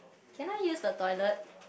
can I use the toilet